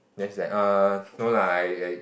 then she's like err no ah I I